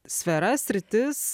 sfera sritis